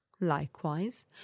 Likewise